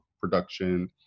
production